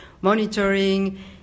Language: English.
monitoring